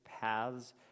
paths